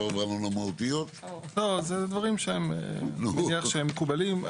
זה דברים שאני מניח שהם מקובלים.